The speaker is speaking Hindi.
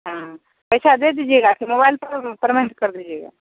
हाँ पैसा दे दीजिएगा कि मोबाइल पर परमेंट कर दीजिएगा